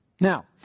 Now